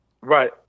Right